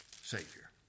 Savior